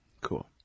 Cool